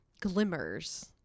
glimmers